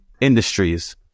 industries